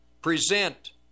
present